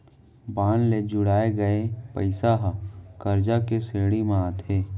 bond ले जुटाए गये पइसा ह करजा के श्रेणी म आथे